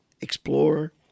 Explorer